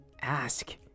ask